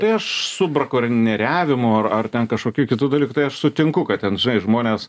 tai aš su brakonieriavimu ar ar ten kažkokių kitų dalykų tai aš sutinku kad ten žinai žmonės